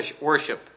worship